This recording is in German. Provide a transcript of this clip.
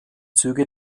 züge